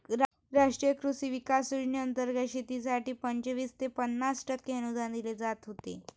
राष्ट्रीय कृषी विकास योजनेंतर्गत शेतीसाठी पंचवीस ते पन्नास टक्के अनुदान दिले जात होते